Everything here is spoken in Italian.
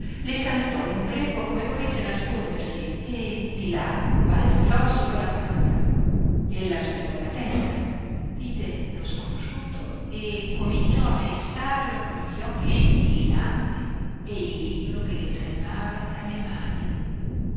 le saltò in grembo come volesse nascondersi e di là balzò sotto la panca ella sollevò la testa vide lo sconosciuto e cominciò a fissarlo con gli occhi scintillanti e il libro che le tremava fra le mani